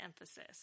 emphasis